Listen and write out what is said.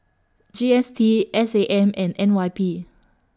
G S T S A M and N Y P